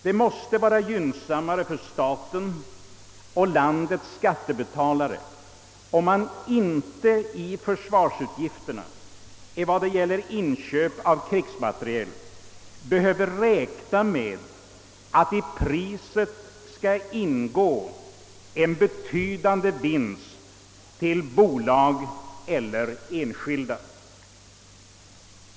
Det måste vara gynnsammare för staten och landets skattebetalare, om man inte vid försvarsutgifterna för inköp av krigsmateriel behöver räkna med att en betydande vinst till bolagen eller enskilda skall ingå i priset.